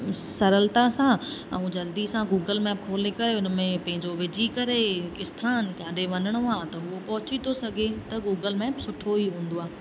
सरलता सां ऐं जल्दी सां गूगल मैप खोले करे उन में पंहिंजो विझी करे स्थान जिथे वञिणो आहे त उहो पहुची थो सघे त गूगल मैप सुठो ई हूंदो आहे